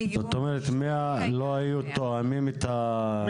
זאת אומרת, מאה לא היו תואמים את הקריטריונים?